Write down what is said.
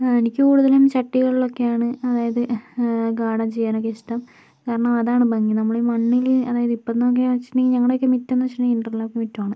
ആ എനിക്ക് കൂടുതലും ചട്ടികൾലൊക്കെയാണ് അതായത് ഗാർഡൻ ചെയ്യാനൊക്കെ ഇഷ്ട്ടം കാരണം അതാണ് ഭംഗി നമ്മളീ മണ്ണില് അതായത് ഇപ്പൊന്തൊക്കെയാന്ന് വച്ചിട്ടുണ്ടെങ്കിൽ ഞങ്ങളുടെയൊക്കെ മിറ്റം എന്ന് വച്ചിട്ടുണ്ടെങ്കിൽ ഇന്റർലോക്ക് മിറ്റമാണ്